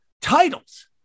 titles